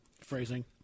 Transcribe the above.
Phrasing